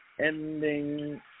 ending